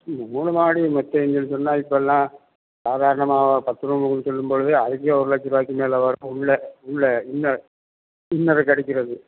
ம்ம் மூணு மாடி மெத்தைன்னு சொல்லி சொன்னால் இப்பெல்லாம் சாதாரணமாக பத்து ரூமுக்குனு சொல்லும்பொழுதே அதுக்கே ஒரு லட்சம் ரூபாய்க்கி மேலே வரும் உள்ளே உள்ளே இன்னர் இன்னருக்கு அடிக்கிறது